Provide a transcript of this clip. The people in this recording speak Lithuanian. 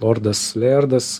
lordas lėrdas